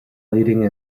leading